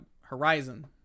horizon